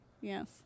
Yes